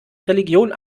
religion